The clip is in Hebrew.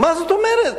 מה זאת אומרת?